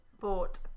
bought